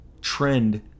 trend